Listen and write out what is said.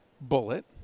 bullet